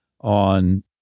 on